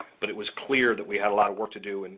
but it was clear that we had a lot of work to do, and